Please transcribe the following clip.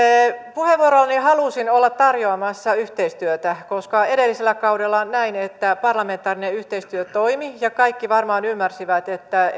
puheenvuorollani halusin olla tarjoamassa yhteistyötä koska edellisellä kaudella näin että parlamentaarinen yhteistyö toimi ja kaikki varmaan ymmärsivät että